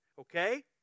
Okay